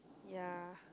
ya